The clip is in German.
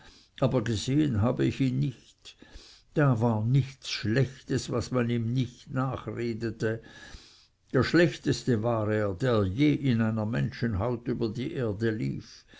aber gesehen habe ich ihn nicht da war nichts schlechtes was man ihm nicht nachredete der schlechteste war er der je in einer menschenhaut über die erde lief